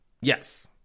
Yes